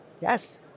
Yes